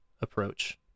approach